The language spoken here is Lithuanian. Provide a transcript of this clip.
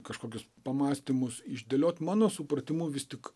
kažkokius pamąstymus išdėliot mano supratimu vis tik